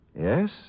Yes